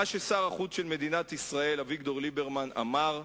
מה ששר החוץ של מדינת ישראל אביגדור ליברמן אמר,